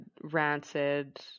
rancid